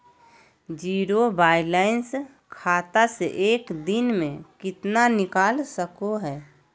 Zero balance खाता से एक दिन में कितना निकाल सको है?